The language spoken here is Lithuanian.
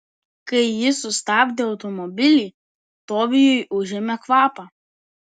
kai ji sustabdė automobilį tobijui užėmė kvapą